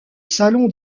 salon